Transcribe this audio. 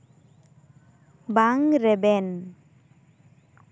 ᱵᱟᱝ ᱨᱮᱵᱮᱱ